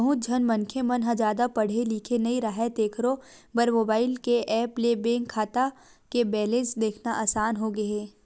बहुत झन मनखे मन ह जादा पड़हे लिखे नइ राहय तेखरो बर मोबईल के ऐप ले बेंक खाता के बेलेंस देखना असान होगे हे